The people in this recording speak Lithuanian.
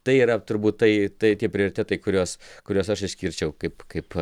tai yra turbūt tai tai tie prioritetai kuriuos kuriuos aš išskirčiau kaip kaip